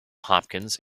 hopkins